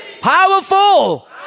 Powerful